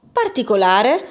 particolare